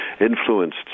influenced